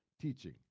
teaching